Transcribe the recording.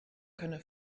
könne